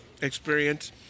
experience